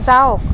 যাওক